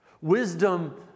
Wisdom